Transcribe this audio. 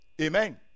Amen